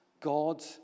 god